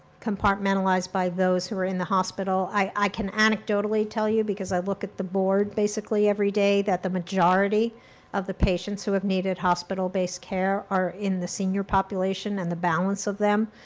compartmentalized by those who are in the hospital. i can anecdotally tell you, because i look at the board basically everyday, that the majority of the patients who have needed hospital-based care are in the senior population. and the balance of them,